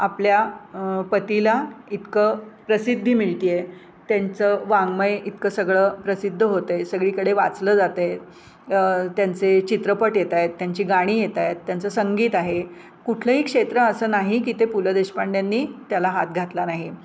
आपल्या पतीला इतकं प्रसिद्धी मिळते आहे त्यांचं वाङ्मय इतकं सगळं प्रसिद्ध होत आहे सगळीकडे वाचलं जात आहे त्यांचे चित्रपट येत आहेत त्यांची गाणी येत आहेत त्यांचं संगीत आहे कुठलंही क्षेत्र असं नाही की ते पु ल देशपांड्यांनी त्याला हात घातला नाही आहे